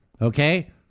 Okay